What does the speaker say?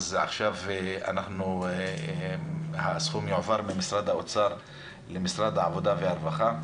אז עכשיו הסכום יועבר ממשרד האוצר למשרד העבודה והרווחה,